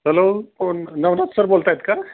hello कोण Navnath sir बोलत आहेत का